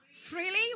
Freely